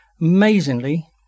amazingly